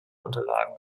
unterlagen